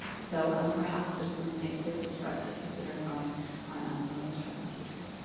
so, um perhaps, there's some places for us to consider growing on um some of those struggling teachers.